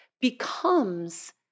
becomes